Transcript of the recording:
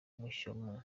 mushyoma